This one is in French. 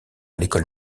l’école